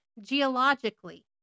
geologically